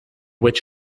witch